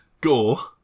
gore